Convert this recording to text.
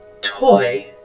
Toy